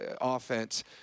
offense